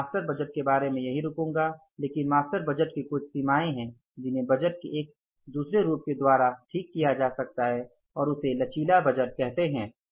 मैं master budgeted के बारे में यही रुकूंगा लेकिन मास्टर बजट की कुछ सीमाएं हैं जिन्हें बजट के एक दूसरे रूप के द्वारा ठीक किया जा सकता है और उसे लचीला बजट कहते है